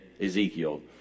Ezekiel